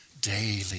daily